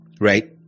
Right